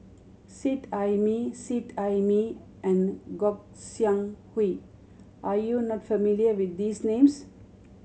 Seet Ai Mee Seet Ai Mee and Gog Sing Hooi are you not familiar with these names